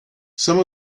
some